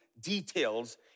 details